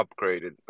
upgraded